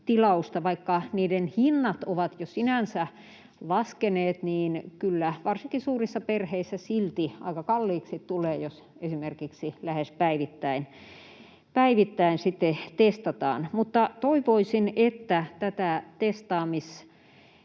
Vaikka niiden hinnat ovat jo sinänsä laskeneet, niin kyllä varsinkin suurissa perheissä silti aika kalliiksi tulee, jos esimerkiksi lähes päivittäin testataan. Mutta toivoisin, että tätä testaamismenettelyä